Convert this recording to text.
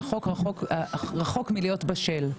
שהחוק רחוק מלהיות בשל.